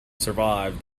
survive